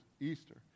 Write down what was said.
easter